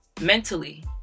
mentally